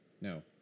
No